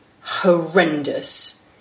horrendous